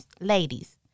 ladies